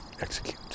execute